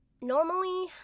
Normally